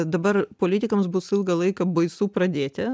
dabar politikams bus ilgą laiką baisu pradėti